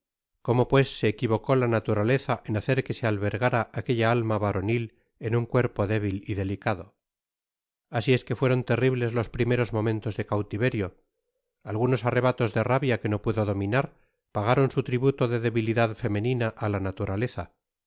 cómo pues se equivocó la naturaleza en hacer que se athergara aquella alma varonil en un cuerpo débit y delicado i asi es que fueron terribles los primeros momentos de cautiverio algunos arrebatos de rabia que no pudo dominar pagaron su tributo de debilidad femenina á la naturaleza